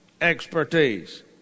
expertise